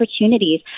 opportunities